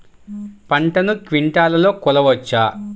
పంటను క్వింటాల్లలో కొలవచ్చా?